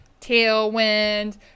Tailwind